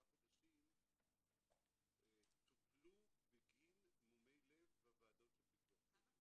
חודשים טופלו בגין מומי לב בוועדות של ביטוח לאומי.